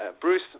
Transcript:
Bruce